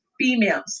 females